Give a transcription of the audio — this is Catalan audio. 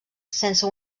sense